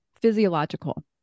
physiological